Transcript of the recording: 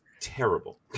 terrible